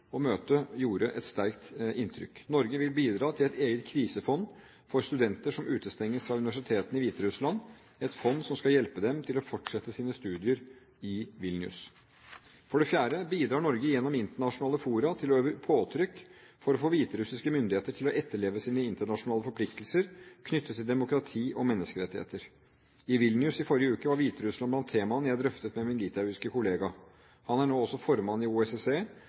og møtet gjorde et sterkt inntrykk. Norge vil bidra til et eget krisefond for studenter som utestenges fra universitetene i Hviterussland, et fond som skal hjelpe dem til å fortsette sine studier i Vilnius. For det fjerde bidrar Norge gjennom internasjonale fora til å øve påtrykk for å få hviterussiske myndigheter til å etterleve sine internasjonale forpliktelser knyttet til demokrati og menneskerettigheter. I Vilnius i forrige uke var Hviterussland blant temaene jeg drøftet med min litauiske kollega. Han er nå også formann i